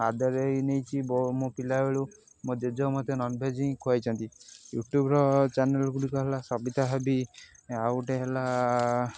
ଆଦରେଇ ହେଇ ନେଇଚି ବ ମୋ ପିଲାବେଳୁ ମୋ ଜେଜ ମତେ ନନଭେଜ୍ ହିଁ ଖୁଆଇଛନ୍ତି ୟୁଟ୍ୟୁବର ଚ୍ୟାନେଲ ଗୁଡ଼ିକ ହେଲା ସବିତା ଭାବି ଆଉ ଗୋଟେ ହେଲା